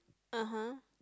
(uh huh)